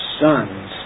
sons